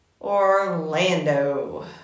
Orlando